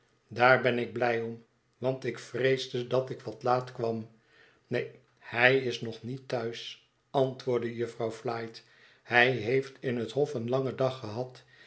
daar ben ik blij om want ik vreesde dat ik wat laat kwam neen hij is nog niet thuis antwoordde jufvrouw flite hij heeft in het hof een langen dag gehad